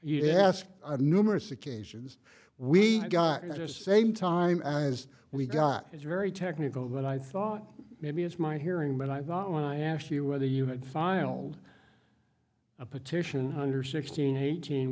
you ask numerous occasions we got just same time as we got it's very technical but i thought maybe it's my hearing but i thought when i asked you whether you had filed a petition under sixteen eighteen